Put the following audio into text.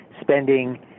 spending –